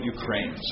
Ukraine